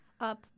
up